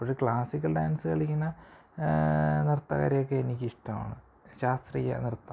അപ്പോൾ classical dance കളിക്കണ നൃത്തകരെയൊക്കെ എനിക്കിഷ്ടമാണ് ശാസ്ത്രീയ നൃത്തം